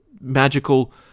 magical